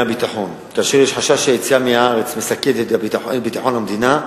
הביטחון כאשר יש חשש שהיציאה מהארץ מסכנת את ביטחון המדינה.